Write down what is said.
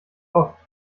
oft